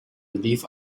live